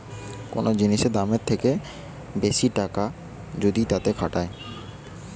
কোন জিনিসের দামের থেকে বেশি টাকা যদি তাতে খাটায়